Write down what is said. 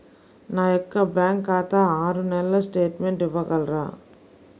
నా యొక్క బ్యాంకు ఖాతా ఆరు నెలల స్టేట్మెంట్ ఇవ్వగలరా?